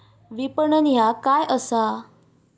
विपणन ह्या काय असा?